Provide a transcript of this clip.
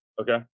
Okay